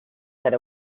said